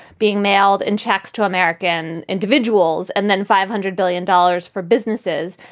being mailed in checks to american individuals and then five hundred billion dollars for businesses.